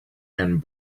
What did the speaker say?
and